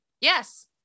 Yes